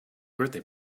birthday